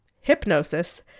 hypnosis